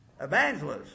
Evangelists